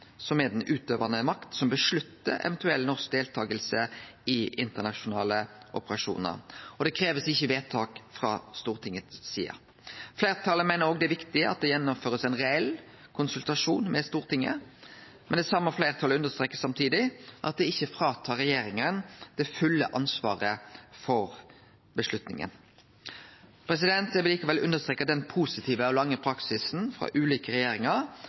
som er den utøvande makta, som avgjer eventuell norsk deltaking i internasjonale operasjonar. Det krev ikkje vedtak frå Stortinget si side. Fleirtalet meiner òg det er viktig at det blir gjennomført ein reell konsultasjon med Stortinget, men det same fleirtalet understrekar samtidig at det ikkje tar frå regjeringa det fulle ansvaret for avgjerda. Eg vil likevel understreke den positive og lange praksisen frå ulike regjeringar